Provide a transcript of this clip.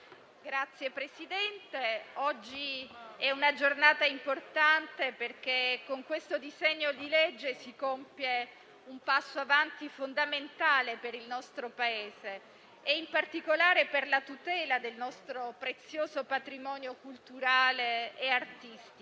Signor Presidente, oggi è una giornata importante, perché con questo disegno di legge si compie un passo avanti fondamentale per il nostro Paese, in particolare per la tutela del nostro prezioso patrimonio culturale e artistico.